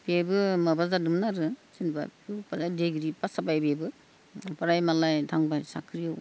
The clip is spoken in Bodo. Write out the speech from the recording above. बेबो माबा जादोंमोन आरो जेनेबा दिग्रि फास जाबाय बिबो ओमफ्राय मालाय थांबाय साख्रियाव